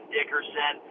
Dickerson